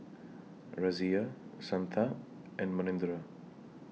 Razia Santha and Manindra